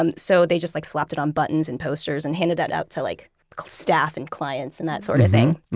um so they just like slapped it on buttons and posters and handed that out to like staff and clients and that sort of thing.